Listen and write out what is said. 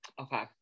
Okay